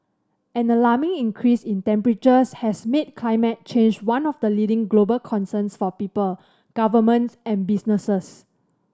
an alarming increase in temperatures has made climate change one of the leading global concerns for people governments and businesses